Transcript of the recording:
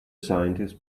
scientist